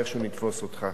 ואיכשהו יתפסו אותך.